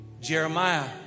Jeremiah